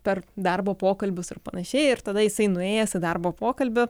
per darbo pokalbius ir panašiai ir tada jisai nuėjęs į darbo pokalbių